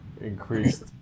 increased